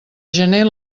gener